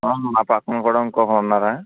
ఆ పక్కన కూడా ఇంకొకరు ఉన్నారా